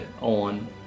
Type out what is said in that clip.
on